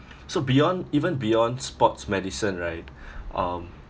so beyond even beyond sports medicine right um